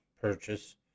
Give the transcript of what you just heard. purchase